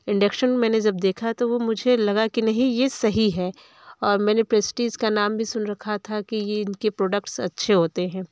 induction जब मैंने जब देखा तो वह मुझे लगा कि नहीं यह सही है और मैंने प्रेस्टीज का नाम भी सुन रखा था कि ये इनके प्रोडक्ट्स अच्छे होते हैं